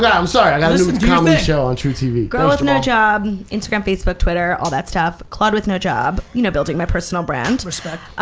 yeah i'm sorry. i got a new comedy show on trutv. girl with no job, instagram, facebook, twitter, all that stuff. claud with no job, you know building my personal brand. respect.